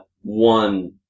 one